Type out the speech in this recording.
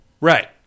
Right